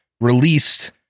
released